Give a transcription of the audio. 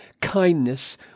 kindness